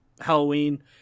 Halloween